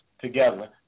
together